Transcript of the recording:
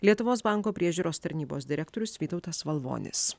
lietuvos banko priežiūros tarnybos direktorius vytautas valvonis